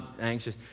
anxious